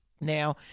Now